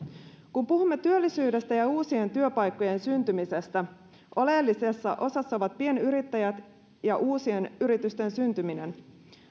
kun puhumme työllisyydestä ja uusien työpaikkojen syntymisestä oleellisessa osassa ovat pienyrittäjät ja uusien yritysten syntyminen